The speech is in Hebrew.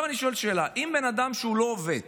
עכשיו אני שואל שאלה: האם אדם שלא עובד